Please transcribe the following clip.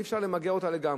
כי אי-אפשר למגר את זה לגמרי.